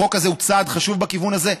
החוק הזה הוא צעד חשוב בכיוון הזה.